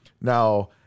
Now